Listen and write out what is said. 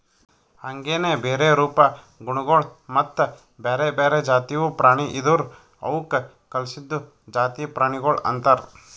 ಹಾಂಗೆನೆ ಬೇರೆ ರೂಪ, ಗುಣಗೊಳ್ ಮತ್ತ ಬ್ಯಾರೆ ಬ್ಯಾರೆ ಜಾತಿವು ಪ್ರಾಣಿ ಇದುರ್ ಅವುಕ್ ಕಲ್ಸಿದ್ದು ಜಾತಿ ಪ್ರಾಣಿಗೊಳ್ ಅಂತರ್